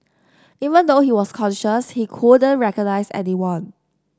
even though he was conscious he couldn't recognise anyone